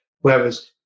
Whereas